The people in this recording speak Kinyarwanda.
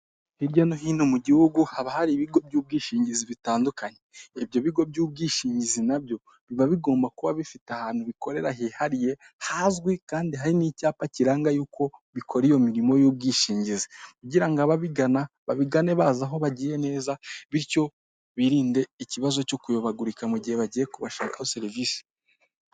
Hirya no hino mu gihugu haba hari ibigo by'ubwishingizi bitandukanye, ibyo bigo by'ubwishingizi nabyo biba bigomba kuba bifite ahantu bikorera hihariye hazwi kandi hari n'icyapa kiranga yuko bikora iyo mirimo y'ubwishingizi, kugira ngo ababigana babigane bazi aho bagiye neza bityo birinde ikibazo cyo kuyobagurika mu gihe bagiye kubashakaho serivisi.